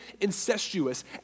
incestuous